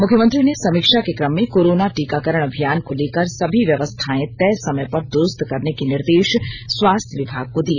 मुख्यमंत्री ने समीक्षा के क्रम में कोरोना टीकाकरण अभियान को लेकर सभी व्यवस्थाएं तय समय पर दुरुस्त करने के निर्देश स्वास्थ्य विभाग को दिए